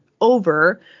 over